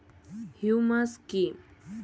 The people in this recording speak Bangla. হিউমাস কি?